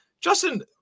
Justin